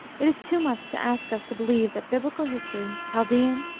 it is too much to ask us to believe that biblical history, chaldean,